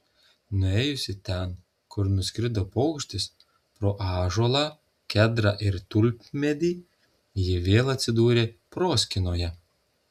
nuėjusi ten kur nuskrido paukštis pro ąžuolą kedrą ir tulpmedį ji vėl atsidūrė proskynoje